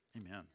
Amen